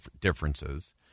differences